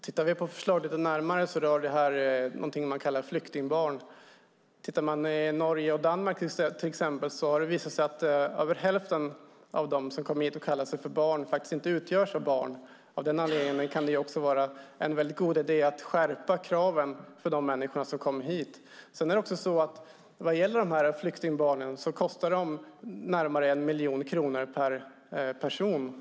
Fru talman! Tittar vi lite närmare på förslaget ser vi att det rör vad som kallas för flyktingbarn. I Norge och Danmark till exempel har det visat sig att mer än hälften av dem som kommit dit och som kallat sig för barn faktiskt inte är barn. Också av den anledningen kan det vara en god idé att skärpa kraven avseende människor som kommer hit. När det gäller flyktingbarnen är kostnaden närmare 1 miljon kronor per person.